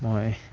মই